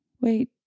Wait